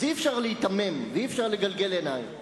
אז אי-אפשר להיתמם ואי-אפשר לגלגל עיניים.